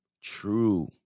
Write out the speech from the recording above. true